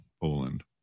Poland